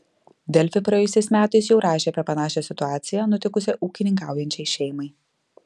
delfi praėjusiais metais jau rašė apie panašią situaciją nutikusią ūkininkaujančiai šeimai